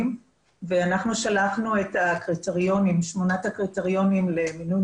מה זה בדיקה או ייצור של חומרים או חפצים?